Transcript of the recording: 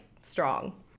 strong